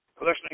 listening